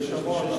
יש המון,